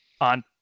on